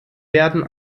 werden